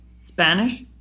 Spanish